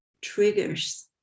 triggers